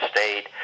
State